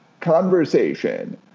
conversation